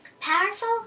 Powerful